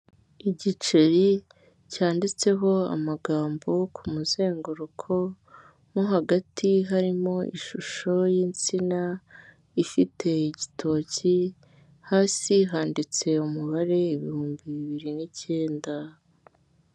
Igiceri cyanditseho amagambo ku muzenguruko, mo hagati harimo ishusho y'insina ifite igitoki, hasi handitse umubare ibihumbi bibiri n'icyenda.